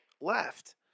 left